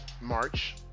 March